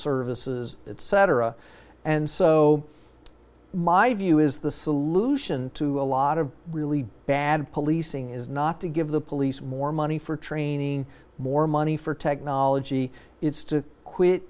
services etc and so my view is the solution to a lot of really bad policing is not to give the police more money for training more money for technology it's to quit